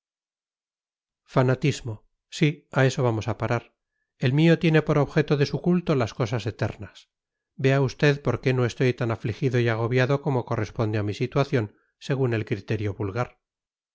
fanatismo sí a eso vamos a parar el mío tiene por objeto de su culto las cosas eternas vea usted por qué no estoy tan afligido y agobiado como corresponde a mi situación según el criterio vulgar